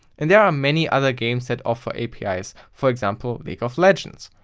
and there are many other games that offer apis, for example league of legends.